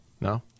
no